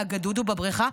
ואגדו-דו בבריכה?